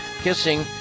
Kissing